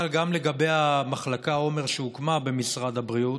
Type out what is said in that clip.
אבל גם לגבי המחלקה, עומר, שהוקמה במשרד הבריאות,